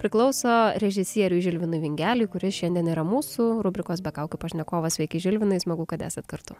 priklauso režisieriui žilvinui vingeliui kuris šiandien yra mūsų rubrikos be kaukių pašnekovas sveiki žilvinai smagu kad esat kartu